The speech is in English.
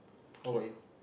how about you